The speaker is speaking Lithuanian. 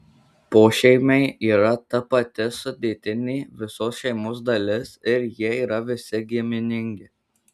pošeimiai yra ta pati sudėtinė visos šeimos dalis ir jie yra visi giminingi